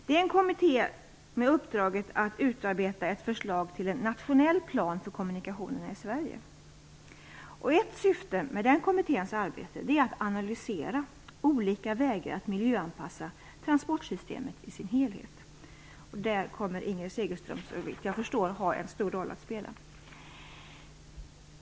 Det är en kommitté med uppdraget att utarbeta ett förslag till en nationell plan för kommunikationerna i Sverige. Ett syfte med den kommitténs arbete är att analysera olika vägar att miljöanpassa transportsystemet i dess helhet. Där kommer Inger Segelström, såvitt jag förstår, att ha en stor roll att spela.